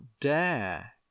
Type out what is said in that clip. dare